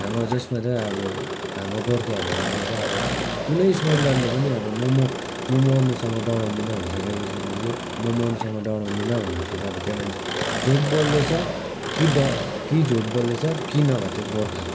हाम्रो जसमा चाहिँ अब हाम्रो गोर्खेहरूलाई चाहिँ अब कुनै सोल्डरले पनि अब म म म मर्नुसँग डराउँदिन भनेपछि चाहिँ म मर्नुसँग डराउँदिन भन्योपछि चाहिँ अब त्यो मान्छे झुट बोल्दैछ कि डकि झुट बोल्दैछ कि नभए त्यो गोर्खा हो